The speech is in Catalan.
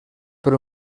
per